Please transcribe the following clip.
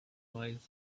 miles